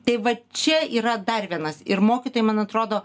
tai va čia yra dar vienas ir mokytojai man atrodo